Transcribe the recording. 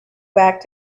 back